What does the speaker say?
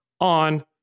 on